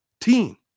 team